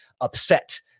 upset